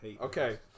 Okay